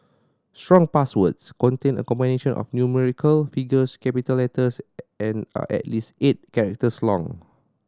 strong passwords contain a combination of numerical figures capital letters and are at least eight characters long